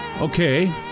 Okay